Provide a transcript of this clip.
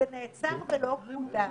זה נעצר ולא קודם.